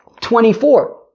twenty-four